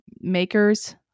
makers